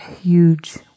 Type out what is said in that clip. huge